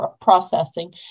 processing